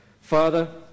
Father